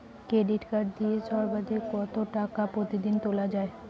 Debit card দিয়ে সর্বাধিক কত টাকা প্রতিদিন তোলা য়ায়?